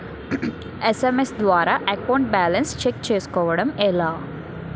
SMS ద్వారా account balance check చేసుకోవటం ఎలా?